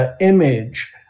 image